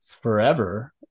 forever